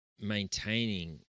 maintaining